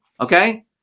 Okay